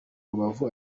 rubavu